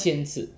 一千次